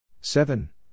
Seven